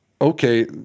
okay